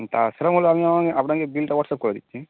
হুম তা সেরকম হলে আমি আপনাকে বিলটা ওয়াটসঅ্যাপ করে দিচ্ছি